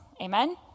Amen